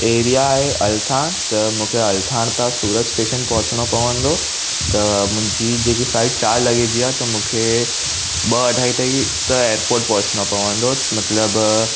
area आहे अलथाण त मूंखे अलथाण ता सूरत स्टेशन पहुचणो पवंदो त मुंहिंजी जेकी फ्लाइट चारि लॻे जी आहे त मूंखे ॿ अढ़ाई ताईं त एयरपोर्ट पहुंचणो पवंदो मतिलबु